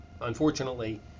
Unfortunately